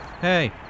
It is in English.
Hey